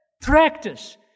practice